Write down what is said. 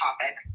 topic